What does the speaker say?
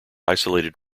isolated